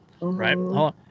right